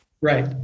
Right